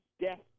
death